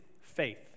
faith